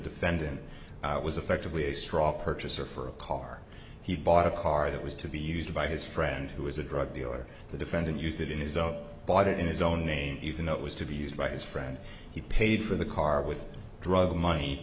defendant was affectively a straw purchaser for a car he bought a car that was to be used by his friend who was a drug dealer the defendant used it in his own body in his own name even though it was to be used by his friend he paid for the car with drug money